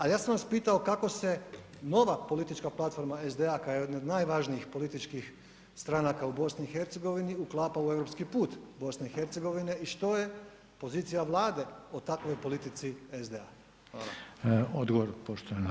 A ja sam vas pitao kako se nova politička platforma SDA kao jedna od najvažnijih političkih stranaka u BiH uklapa u europski put BiH i što je pozicija Vlade o takvoj politici SDA.